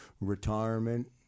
retirement